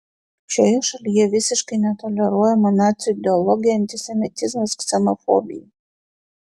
šioje šalyje visiškai netoleruojama nacių ideologija antisemitizmas ksenofobija